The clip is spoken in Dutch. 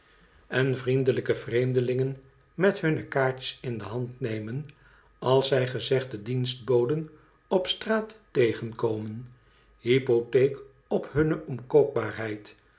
en vriendelijke vreemdelingen met hunne kaartjes in de hand nemen als zij gezegde dienstboden op straat tegenkomen hypotheek op hunne